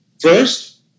First